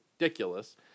ridiculous